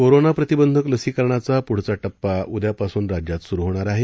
corona प्रतिबंधक लसीकरणाचा पुढचा टप्पा उद्यापासून राज्यात सुरू होणार आहे